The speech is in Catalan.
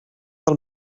del